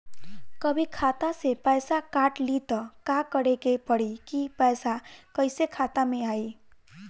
कभी खाता से पैसा काट लि त का करे के पड़ी कि पैसा कईसे खाता मे आई?